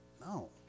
No